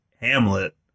Hamlet